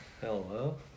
Hello